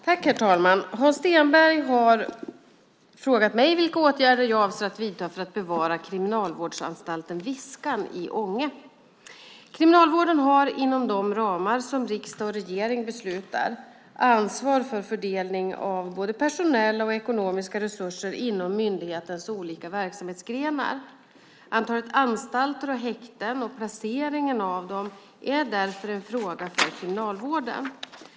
Herr talman! Hans Stenberg har frågat mig vilka åtgärder jag avser att vidta för att bevara kriminalvårdsanstalten Viskan i Ånge. Kriminalvården har, inom de ramar som riksdag och regering beslutar, ansvar för fördelning av både personella och ekonomiska resurser inom myndighetens olika verksamhetsgrenar. Antalet anstalter och häkten och placeringen av dessa är därför en fråga för Kriminalvården.